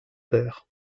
père